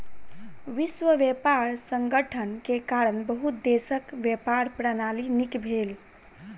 विश्व व्यापार संगठन के कारण बहुत देशक व्यापार प्रणाली नीक भेल